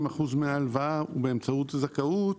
מה זאת אומרת?